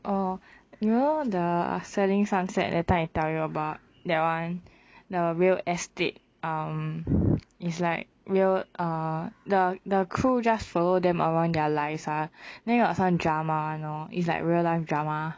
err you know the selling sunset that time I tell you about that [one] the real estate um is like real err the the crew just follow them around their lives ah then got some drama [one] lor is like real life drama